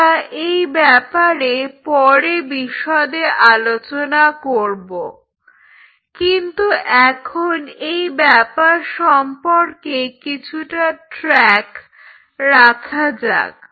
আমরা এই ব্যাপারে পরে বিশদে আলোচনা করব কিন্তু এখন এই ব্যাপার সম্পর্কে কিছুটা ট্র্যাক রাখা যাক